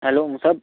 hello Musab